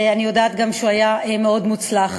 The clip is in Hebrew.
ואני גם יודעת שהוא היה מאוד מוצלח.